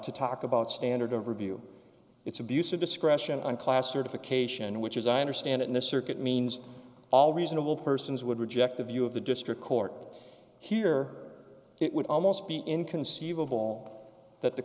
to talk about standard of review it's abuse of discretion on class certification which as i understand it in this circuit means all reasonable persons would reject the view of the district court here it would almost be inconceivable that the